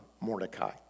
Mordecai